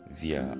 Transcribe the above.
via